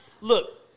look